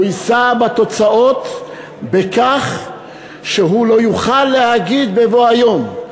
הוא יישא בתוצאות בכך שהוא לא יוכל להגיד בבוא היום,